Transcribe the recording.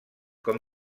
com